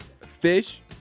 Fish